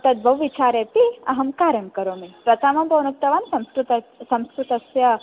तद् द्वौ विचारे अपि अहं कार्यं करोमि प्रथमम् भवान् उक्तवान् संस्कृतं संस्कृतस्य